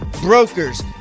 brokers